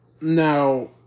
Now